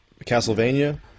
Castlevania